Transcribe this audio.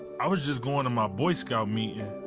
i was just going to my boy scout meeting.